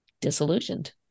disillusioned